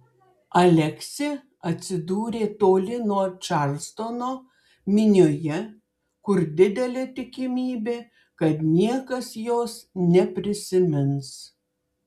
aleksė atsidūrė toli nuo čarlstono minioje kur didelė tikimybė kad niekas jos neprisimins